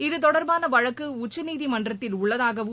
இதுதொடர்பானவழக்குடச்சநீதிமன்றத்தில் உள்ளதாகவும்